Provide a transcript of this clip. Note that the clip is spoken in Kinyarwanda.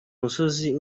musozi